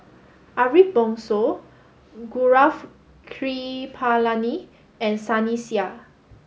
Ariff Bongso Gaurav Kripalani and Sunny Sia